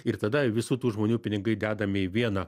ir tada visų tų žmonių pinigai dedami į vieną